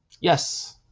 Yes